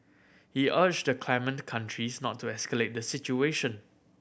he urged the claimant countries not to escalate the situation